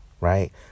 right